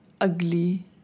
ugly